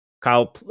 kyle